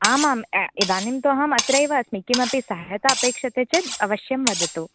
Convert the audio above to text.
आम् आम् ए इदानीं तु अहं अत्रैव अस्मि किमपि सहायता अपेक्षते चेत् अवश्यं वदतु